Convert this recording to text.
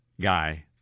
guy